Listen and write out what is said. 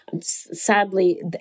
Sadly